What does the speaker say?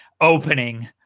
opening